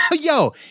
Yo